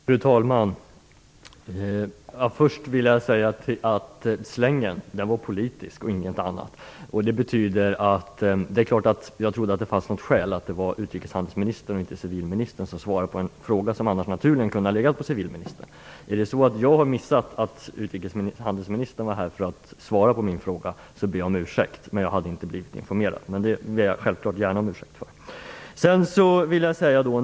Fru talman! Jag vill först säga att slängen var politisk och ingenting annat. Jag trodde att det fanns något skäl till att det var utrikeshandelsministern och inte civilministern som svarade på en interpellation som naturligen kunde ha legat på civilministern. Är det så att jag har missat att utrikeshandelsministern var här för att svara på min interpellation, ber jag självfallet gärna om ursäkt. Men jag hade inte blivit informerad.